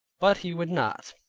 but he would not,